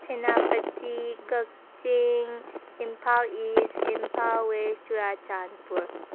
Senapati Kakching Imphal east Imphal west Churachandpur